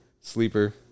Sleeper